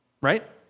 Right